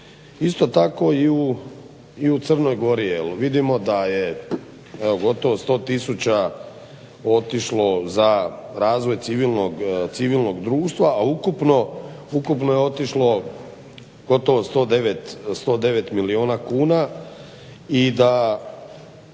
Isto tako i u Crnoj gori, jel vidimo da je evo gotovo 100 tisuća otišlo za razvoj civilnog društva, a ukupno je otišlo gotovo 109 milijuna kuna.